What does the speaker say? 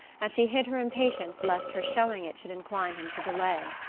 and she hid her impatience lest her showing it should incline him to delay.